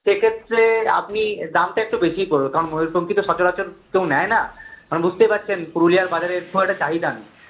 সেই ক্ষেত্রে আপনি দামটা একটু বেশিই পড়বে কারন ময়ূরপঙ্খী তো সচরাচর কেউ নেয় না মানে বুঝতেই পারছেন পুরুলিয়ার বাজারে এর খুব একটা চাহিদা নেই